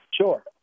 Sure